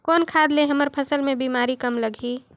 कौन खाद ले हमर फसल मे बीमारी कम लगही?